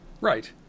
right